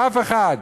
לאף אחד.